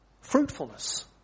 Fruitfulness